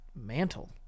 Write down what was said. mantle